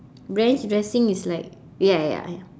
ranch dressing is like ya ya ya